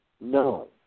No